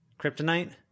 Kryptonite